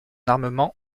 armement